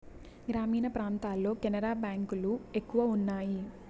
గ్రామీణ ప్రాంతాల్లో కెనరా బ్యాంక్ లు ఎక్కువ ఉన్నాయి